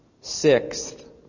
Sixth